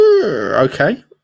Okay